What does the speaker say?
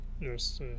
Yes